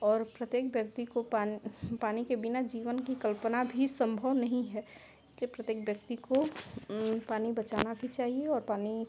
और प्रत्येक व्यक्ति को पान पानी के बिना जीवन की कल्पना भी सम्भव नहीं है इसलिए प्रत्येक व्यक्ति को पानी बचाना भी चाहिए और पानी